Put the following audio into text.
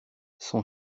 son